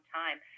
time